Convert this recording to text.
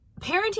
parenting